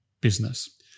business